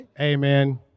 Amen